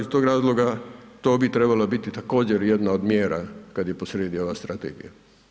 Iz tog razloga to bi trebala biti također, jedna od mjera, kad je posrijedi ova Strategija.